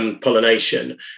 pollination